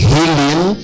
Healing